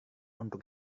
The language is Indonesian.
untuk